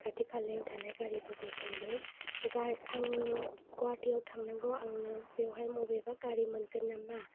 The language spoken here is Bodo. खाथि खालायाव थानाय गारिफोरखौ सोंदों आङो गुवाहाटीयाव थांनांगौ आंनो बेवहाय बबेबा गारि मोनगोन नामा होन्नानै